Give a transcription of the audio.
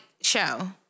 show